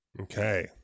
Okay